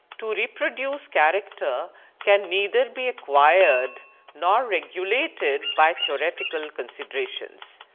to reproduce character can neither be acquired nor regulated by theoretical considerations,